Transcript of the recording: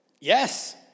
Yes